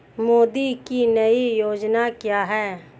मोदी की नई योजना क्या है?